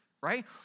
right